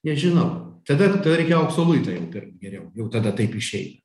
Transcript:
nežinau tada tau reikėjo aukso luitą imti geriau jau tada taip išeina